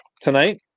tonight